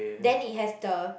then it has the